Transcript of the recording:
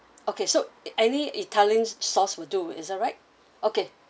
okay so any italians sauce would do is that right okay